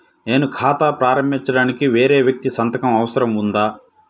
నేను ఖాతా ప్రారంభించటానికి వేరే వ్యక్తి సంతకం అవసరం ఉందా?